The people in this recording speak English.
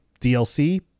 DLC